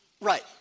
right